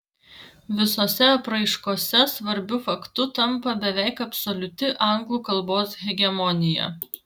visose apraiškose svarbiu faktu tampa beveik absoliuti anglų kalbos hegemonija